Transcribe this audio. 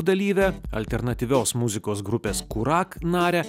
dalyvę alternatyvios muzikos grupės kurak narę